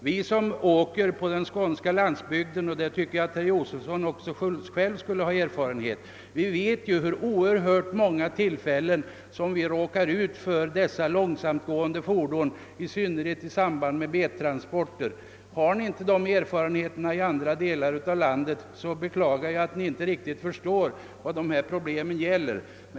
Vi som åker på den skånska landsbygden — och härvidlag tycker jag att herr Josefson i Arrie skulle ha erfarenheter — vet ju vid hur oerhört många tillfällen vi råkar ut för dessa långsamtgående fordon, i synnerhet i samband med bettransporter. Har ni inte de erfarenheterna i andra delar av landet beklagar jag att ni inte riktigt kan förstå dessa problem.